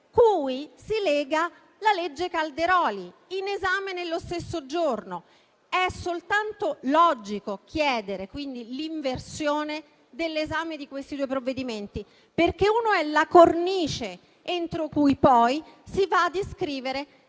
il disegno di legge Calderoli in esame nello stesso giorno. È soltanto logico chiedere, quindi, l'inversione dell'esame di questi due provvedimenti, perché uno è la cornice entro cui poi si va a inscrivere